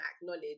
acknowledge